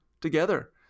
together